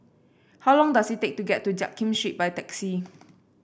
how long does it take to get to Jiak Kim Street by taxi